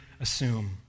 assume